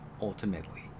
ultimately